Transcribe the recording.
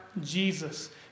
Jesus